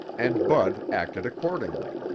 and bud acted accordingly.